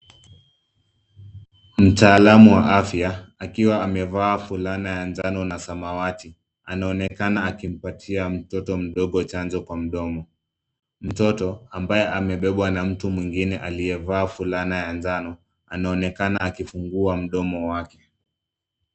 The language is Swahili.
Mtaalamu wa afya akiwa amevaa fulana ya njano na samawati anaonekana akimpatia mtoto mdogo chanjo kwa mdomo. Mtoto ambaye amebebwa na mtu mwingine aliyevaa fulana ya njano anaonekana akifungua mdomo wake.